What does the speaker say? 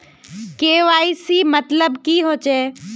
KYC मतलब की होचए?